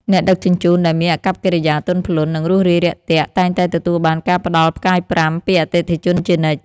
អ្នកដឹកជញ្ជូនដែលមានអាកប្បកិរិយាទន់ភ្លន់ និងរួសរាយរាក់ទាក់តែងតែទទួលបានការផ្ដល់ផ្កាយប្រាំ ពីអតិថិជនជានិច្ច។